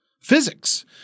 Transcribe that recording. physics